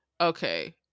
Okay